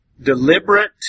deliberate